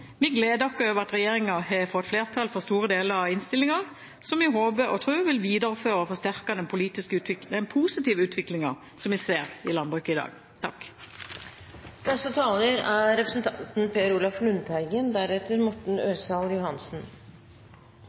Vi gleder oss over at regjeringen har fått flertall for store deler av innstillingen, som vi håper og tror vil videreføre og forsterke den positive utviklingen som vi ser i landbruket i dag. Jeg er